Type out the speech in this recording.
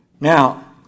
Now